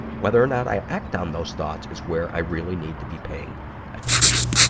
whether or not i act on those thoughts is where i really need to be paying attention.